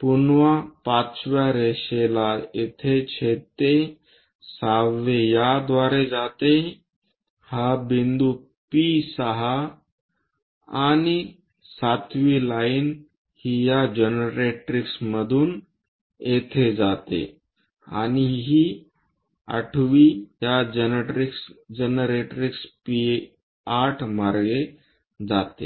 पुन्हा 5 व्या रेषेला येथे छेदते सहावे याद्वारे जातेहा बिंदू P 6 आणि 7 वी लाइन ही या जनरॅट्रिक्समधून येथे जाते आणि 8 वी या जनरेट्रिक्स P8 मार्गे जाते